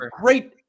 great